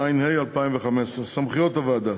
התשע"ה 2015. סמכויות הוועדה: